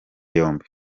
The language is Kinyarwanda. yombi